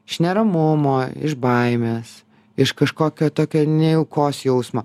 iš neramumo iš baimės iš kažkokio tokio nejaukos jausmo